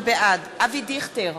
בעד אבי דיכטר,